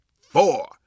four